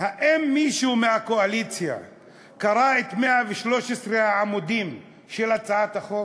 האם מישהו מהקואליציה קרא את 113 העמודים של הצעת החוק?